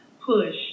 push